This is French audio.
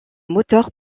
moteur